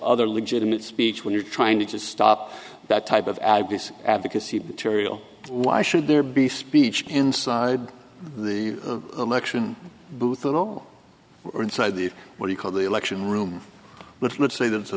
other legitimate speech when you're trying to stop that type of advocacy tiriel why should there be speech inside the election booth at all inside the what he called the election room but let's say that it's a